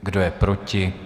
Kdo je proti?